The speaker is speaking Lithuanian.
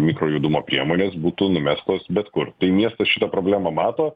mikrojudumo priemonės būtų numestos bet kur tai miestas šitą problemą mato